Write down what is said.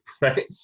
right